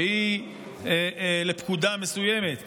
שהיא לפקודה מסוימת,